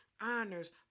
honors